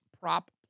prop